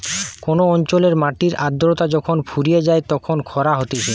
কোন অঞ্চলের মাটির আদ্রতা যখন ফুরিয়ে যায় তখন খরা হতিছে